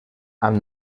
amb